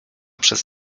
przez